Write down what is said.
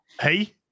Hey